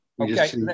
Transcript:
Okay